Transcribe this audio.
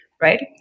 Right